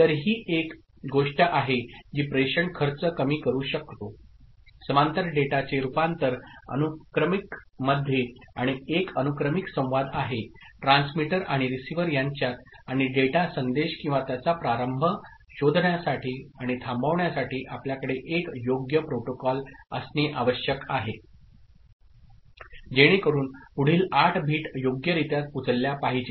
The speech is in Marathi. तर ही एक गोष्ट आहे जी प्रेषण खर्च कमी करू शकतो समांतर डेटाचे रूपांतर अनुक्रमिक मध्ये आणि एक अनुक्रमिक संवाद आहे ट्रान्समीटर आणि रिसीव्हर यांच्यात आणि डेटा संदेश किंवा त्याचा प्रारंभ शोधण्यासाठी आणि थांबवण्या साठी आपल्याकडे एक योग्य प्रोटोकॉल असणे आवश्यक आहे जेणेकरून पुढील 8 बिट योग्यरित्या उचलल्या पाहिजेत